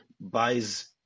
buys